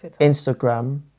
Instagram